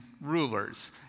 rulers